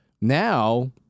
now